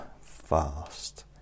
fast